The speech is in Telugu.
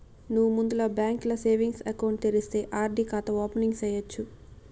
నువ్వు ముందల బాంకీల సేవింగ్స్ ఎకౌంటు తెరిస్తే ఆర్.డి కాతా ఓపెనింగ్ సేయచ్చు